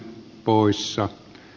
kuluessa